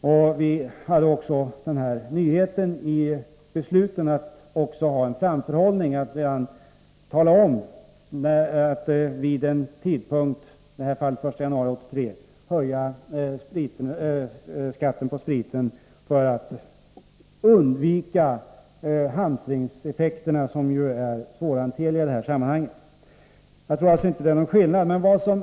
När det gäller besluten använde vi oss också av framförhållning. Vi talade om att skatten på sprit skulle höjas vid en bestämd tidpunkt, i det här fallet den 1 januari 1983, och avsikten var att hamstringseffekterna, som är svårhanterliga i detta sammanhang, skulle undvikas. Jag tror alltså inte att det är någon skillnad mellan våra åsikter.